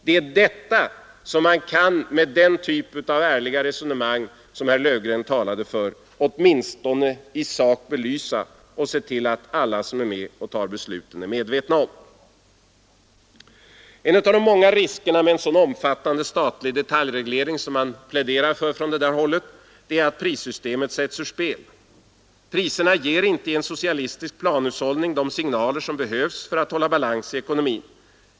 Det är detta som man kan — med den typ av ärliga resonemang som herr Löfgren talade för — åtminstone i sak belysa och se till att alla som är med och fattar besluten är medvetna om. En av många risker med en så omfattande statlig detaljreglering som man pläderar för från en del håll är att prissystemet sätts ur spel. Priserna ger inte i en socialistisk planhushållning de signaler som behövs för att hålla balans i ekonomin.